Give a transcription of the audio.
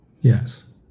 Yes